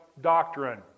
doctrine